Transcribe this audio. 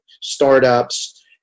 startups